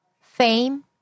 fame